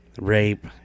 rape